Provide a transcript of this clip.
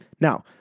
Now